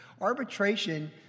Arbitration